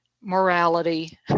morality